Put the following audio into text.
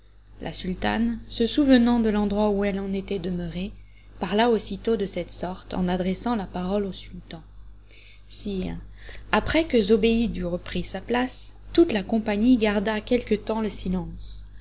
la sultane se souvenant de l'endroit où elle en était demeurée parla aussitôt de cette sorte en adressant la parole au sultan sire après que zobéide eut repris sa place toute la compagnie garda quelque temps le silence